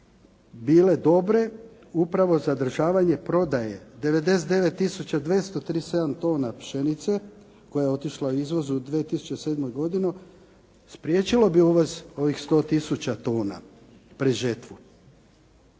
bile dobre, upravo zadržavanje prodaje 99 tisuća 237 tona pšenice koja je otišla u izvoz u 2007. godinu, spriječilo bi uvoz ovih 100 tisuća tona pred žetvu